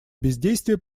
бездействия